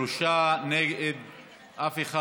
בעד, 23, אין נמנעים.